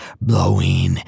blowing